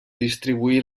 distribuir